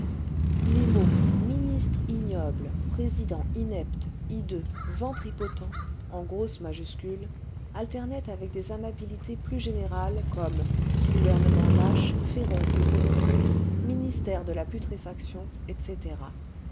les mots ministre ignoble président inepte hideux ventripotent enj grosses majuscules alternaient avec des amabilités plus générales le vingtième siècle comme gouvernement lâche féroce et corrompu ministère de la putréfaction etc